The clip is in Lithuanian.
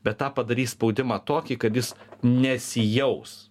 bet tą padarys spaudimą tokį kad jis nesijaus